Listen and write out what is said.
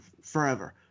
forever